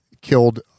killed